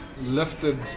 lifted